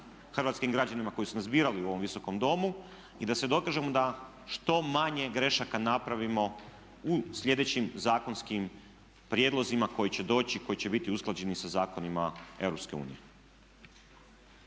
hrvatskim građanima koji su nas birali u ovom Visokom domu i da se dokažemo da što manje grešaka napravimo u sljedećim zakonskim prijedlozima koji će doći i koji će biti usklađeni sa zakonima